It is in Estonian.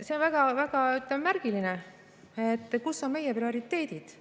See on väga-väga märgiline. Kus on meie prioriteedid?